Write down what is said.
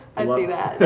i see that.